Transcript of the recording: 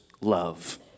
love